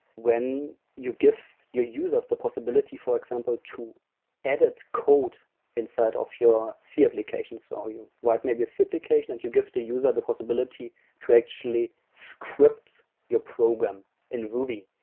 when you give your users the possibility, for example, to edit code inside of your c applications, so you work maybe a c application and you give the user the possibility to actually script your program in ruby,